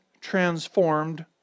transformed